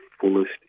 fullest